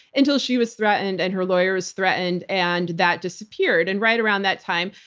until she was threatened and her lawyer was threatened and that disappeared. and right around that time,